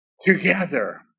together